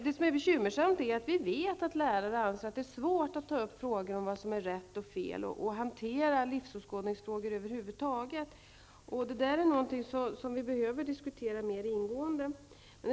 Det bekymmersamma är att lärare anser att det är svårt att ta upp frågan om vad som är rätt och fel och över huvud taget att hantera livsåskådningsfrågor. Detta är någonting som vi behöver diskutera mer ingående.